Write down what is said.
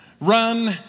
Run